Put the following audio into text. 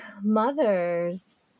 mothers